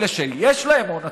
אלה שיש להם הון עצמי,